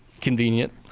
Convenient